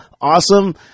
awesome